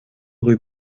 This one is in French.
rue